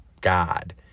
God